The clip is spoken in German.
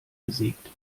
besiegt